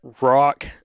rock